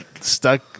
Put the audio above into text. stuck